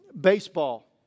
Baseball